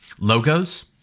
Logos